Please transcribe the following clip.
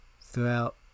throughout